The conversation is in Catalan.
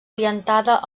orientada